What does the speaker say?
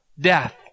death